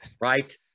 right